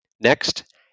Next